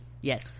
yes